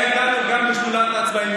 הוא היה איתנו גם בשדולת העצמאים,